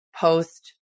post